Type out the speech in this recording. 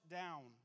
down